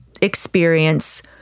experience